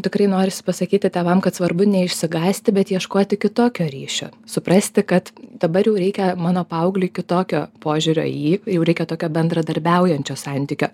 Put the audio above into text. tikrai norisi pasakyti tėvam kad svarbu neišsigąsti bet ieškoti kitokio ryšio suprasti kad dabar jau reikia mano paaugliui kitokio požiūrio į jį jau reikia tokio bendradarbiaujančio santykio